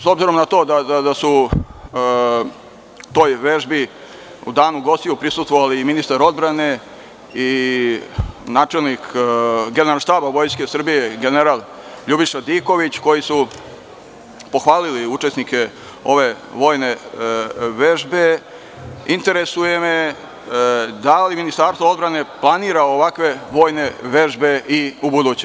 S obzirom da su toj vežbi u danu gostiju prisustvovali i ministar odbrane i načelnik Generalštaba Vojske Srbije, general Ljubiša Diković, koji su pohvalili učesnike ove vojne vežbe, interesuje me da li Ministarstvo odbrane planira ovakve vojne vežbe i u buduće?